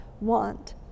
want